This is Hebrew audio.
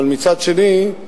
אבל מצד שני,